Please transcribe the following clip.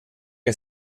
que